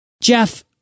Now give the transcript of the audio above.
Jeff